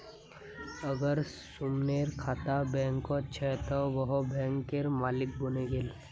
अगर सुमनेर खाता बैंकत छ त वोहों बैंकेर मालिक बने गेले